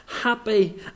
Happy